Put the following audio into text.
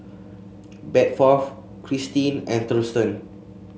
Bedford Kristine and Thurston